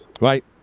Right